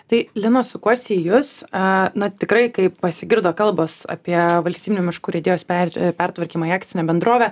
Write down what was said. tai lina sukuosi į jus a na tikrai kai pasigirdo kalbos apie valstybinių miškų urėdijos pertvarkymą į akcinę bendrovę